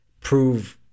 prove